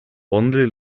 only